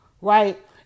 right